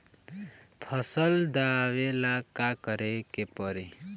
फसल दावेला का करे के परी?